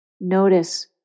notice